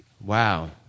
wow